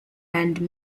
and